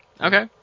Okay